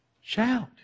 Shout